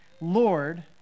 Lord